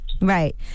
Right